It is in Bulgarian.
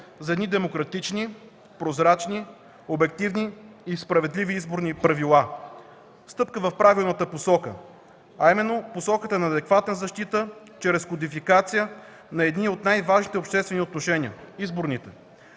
за демократични, прозрачни, обективни и справедливи изборни правила, стъпка в правилната посока, а именно посоката на адекватна защита чрез кодификация на едни от най-важните обществени отношения – изборните.